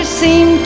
seem